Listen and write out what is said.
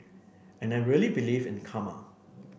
and I really believe in karma